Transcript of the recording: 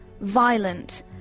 ...violent